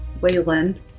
Waylon